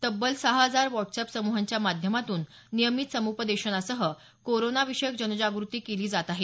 तब्बल सहा हजार व्हॉट्सएप समूहांच्या माध्यमातून नियमित समूपदेशनासह कोरोनाविषयक जनजागृती केल्या जात आहे